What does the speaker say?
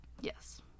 Yes